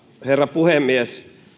herra puhemies